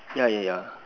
yeah yeah yeah